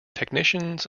technicians